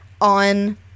on